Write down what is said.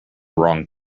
wrong